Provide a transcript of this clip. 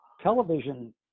television